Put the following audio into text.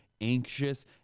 anxious